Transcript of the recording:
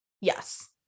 yes